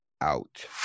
out